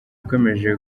ikomeje